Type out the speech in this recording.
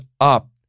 up